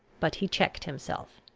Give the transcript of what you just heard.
but he checked himself.